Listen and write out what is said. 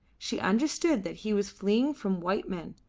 she understood that he was fleeing from white men,